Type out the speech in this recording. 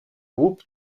groupes